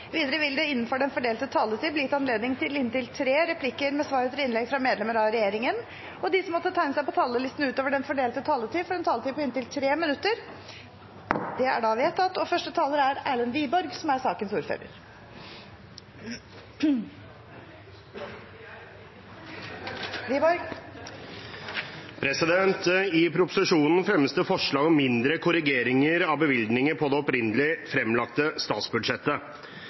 Videre vil det – innenfor den fordelte taletid – bli gitt anledning til inntil tre replikker med svar etter innlegg fra medlemmer av regjeringen, og de som måtte tegne seg på talerlisten utover den fordelte taletid, får en taletid på inntil 3 minutter. I proposisjonen fremmes det forslag om mindre korrigeringer av bevilgninger på det opprinnelig fremlagte statsbudsjettet.